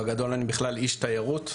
בגדול, אני בכלל איש תיירות.